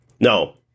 no